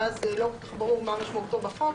ואז לא כל כך ברור מה משמעותו בחוק,